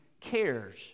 cares